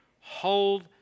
hold